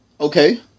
Okay